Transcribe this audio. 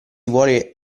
vuole